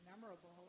memorable